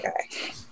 Okay